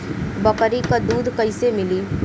बकरी क दूध कईसे मिली?